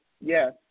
Yes